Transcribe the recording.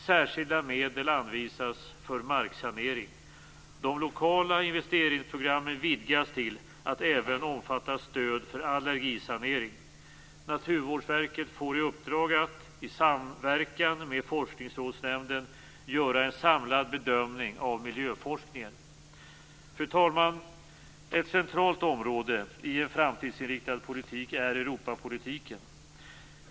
Särskilda medel anvisas för marksanering. De lokala investeringsprogrammen vidgas till att även omfatta stöd för allergisanering. Naturvårdsverket får i uppdrag att i samverkan med Forskningsrådsnämnden göra en samlad bedömning av miljöforskningen. Fru talman! Ett centralt område i en framtidsinriktad politik är Europapolitiken.